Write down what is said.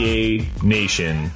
Nation